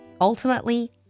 Ultimately